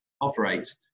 operate